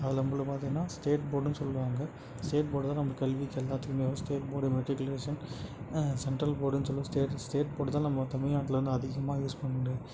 அதில் நம்மள பார்த்திங்கனா ஸ்டேட் போர்டுனு சொல்லுவாங்க ஸ்டேட் போர்டு தான் நம்ம கல்விக்கு எல்லாத்துக்குமே வரும் ஸ்டேட் போர்டு மெட்ரிகுலேஷன் சென்ட்ரல் போர்டுனு சொல்லுவோம் ஸ்டே ஸ்டேட் போர்டு தான் நம்ம தமிழ்நாட்ல வந்து அதிகமாக யூஸ் பண்ணி